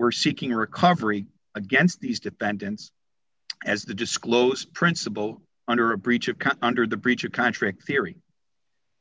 we're seeking a recovery against these defendants as the disclosed principle under a breach of cut under the breach of contract theory